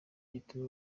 gituma